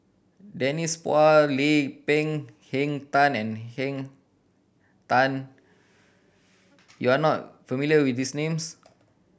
Denise Phua Lay Peng Henn Tan and Henn Tan you are not familiar with these names